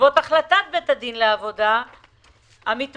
בעקבות החלטת בית הדין לעבודה המתמחים,